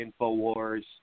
Infowars